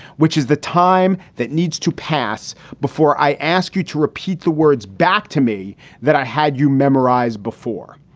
which is the time that needs to pass before i ask you to repeat the words back to me that i had you memorized before.